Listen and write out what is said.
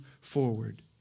forward